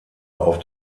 auf